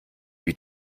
wie